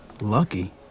Lucky